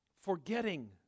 forgetting